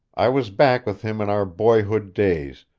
i was back with him in our boyhood days,